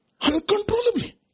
uncontrollably